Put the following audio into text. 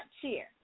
cheer